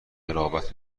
قرابت